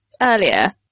earlier